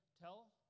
tell